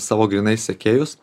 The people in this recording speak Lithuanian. savo grynai sekėjus